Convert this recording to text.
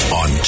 on